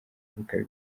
bikaba